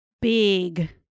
big